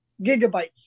gigabytes